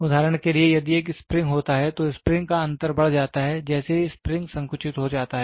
उदाहरण के लिए यदि एक स्प्रिंग होता है तो स्प्रिंग का अंतर बढ़ जाता है जैसे ही स्प्रिंग संकुचित हो जाता है